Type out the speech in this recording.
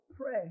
Pray